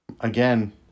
again